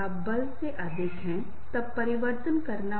जैसे कि हम एक दूसरे से बातचीत करते हैं इसलिए इसे मध्यम संबंध कहा जाता है